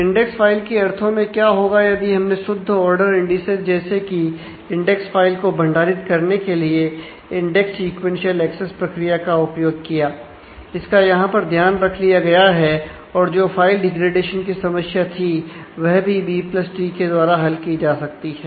index file के अर्थों में क्या होगा यदि हमने शुद्ध ऑर्डर इंडिसेज की समस्या थी वह भी बी प्लस ट्री के द्वारा हल की जा सकती है